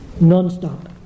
Non-stop